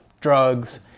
drugs